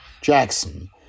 Jackson